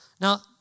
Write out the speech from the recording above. Now